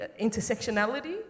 intersectionality